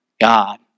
God